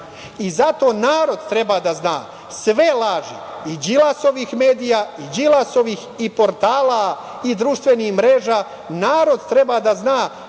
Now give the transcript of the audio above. Zato narod treba da zna sve laži i Đilasovih medija i Đilasovih i portala i društvenih mreža. Narod treba da zna